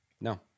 no